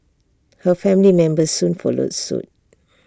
her family members soon followed suit